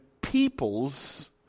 peoples